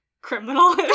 criminal